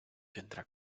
vendrá